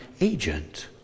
agent